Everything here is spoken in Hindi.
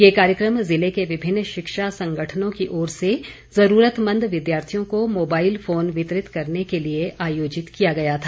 ये कार्यक्रम जिले के विभिन्न शिक्षा संगठनों की और से जरूरतमंद विद्यार्थियों को मोबाईल फोन वितरित करने के लिए आयोजित किया गया था